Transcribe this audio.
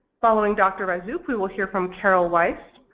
following dr. razzouk we will hear from carol weis,